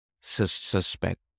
suspect